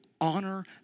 honor